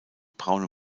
braune